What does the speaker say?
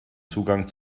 zugang